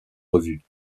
revues